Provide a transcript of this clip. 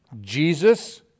Jesus